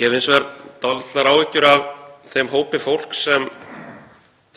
Ég hef hins vegar dálitlar áhyggjur af þeim hópi fólks sem